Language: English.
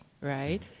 right